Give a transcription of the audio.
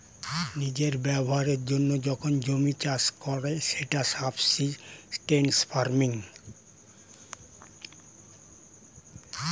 নিজের ব্যবহারের জন্য যখন জমি চাষ করে সেটা সাবসিস্টেন্স ফার্মিং